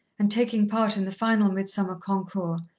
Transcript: and taking part in the final midsummer concours,